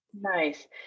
Nice